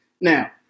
Now